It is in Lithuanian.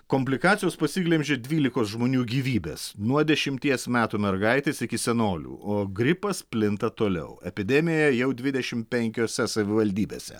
komplikacijos pasiglemžė dvylikos žmonių gyvybes nuo dešimties metų mergaitės iki senolių o gripas plinta toliau epidemija jau dvidešim penkiose savivaldybėse